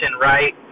right